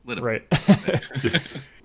Right